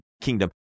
kingdom